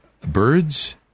birds